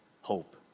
Hope